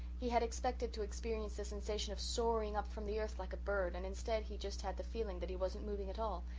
he had expected to experience the sensation of soaring up from the earth like a bird and instead he just had the feeling that he wasn't moving at all,